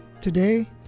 today